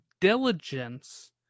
diligence